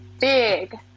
big